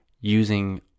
using